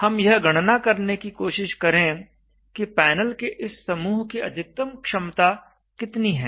हम यह गणना करने की कोशिश करें कि पैनल के इस समूह की अधिकतम क्षमता कितनी है